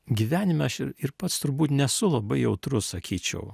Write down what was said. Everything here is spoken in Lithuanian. gyvenime aš ir ir pats turbūt nesu labai jautrus sakyčiau